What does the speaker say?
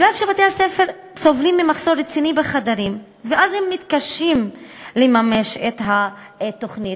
מכיוון שבתי-הספר סובלים ממחסור רציני בחדרים ומתקשים לממש את התוכנית.